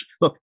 look